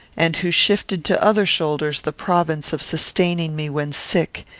and who shifted to other shoulders the province of sustaining me when sick,